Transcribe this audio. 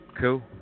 cool